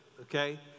okay